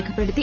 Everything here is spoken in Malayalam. രേഖപ്പെടുത്തി